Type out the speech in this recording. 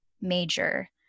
major